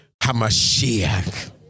Hamashiach